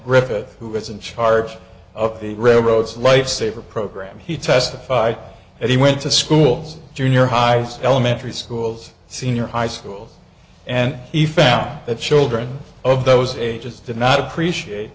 griffith who was in charge of the railroads lifesaver program he testified that he went to schools junior highs elementary schools senior high schools and he found that children of those ages did not appreciate